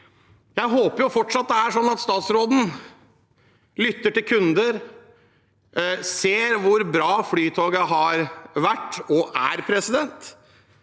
Jeg håper fortsatt det er sånn at statsråden lytter til kunder, ser hvor bra Flytoget har vært og er, tenker